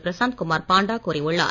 பிரசாந்த் குமார் பாண்டா கூறியுள்ளார்